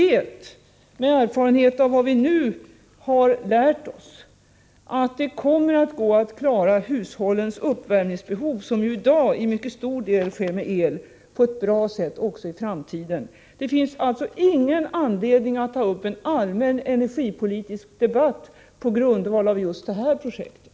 Med erfarenhet av vad vi nu har lärt oss vet vi också att det kommer att gå att klara hushållens uppvärmningsbehov — hushållens uppvärmning sker ju i dag till mycket stor del med el — på ett bra sätt också i framtiden. Det finns alltså ingen anledning att ta upp en allmän energipolitisk debatt på grundval av just det här projektet.